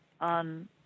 on